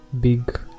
big